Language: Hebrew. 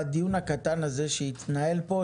בדיון הקטן הזה שהתנהל פה,